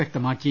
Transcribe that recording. വ്യക്തമാക്കി